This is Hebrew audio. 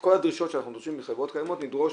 את כל הדרישות שאנחנו דורשים מחברות קיימות נדרוש